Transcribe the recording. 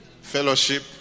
fellowship